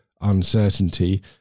uncertainty